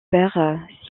père